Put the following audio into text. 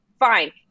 Fine